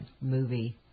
movie